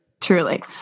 Truly